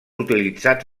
utilitzats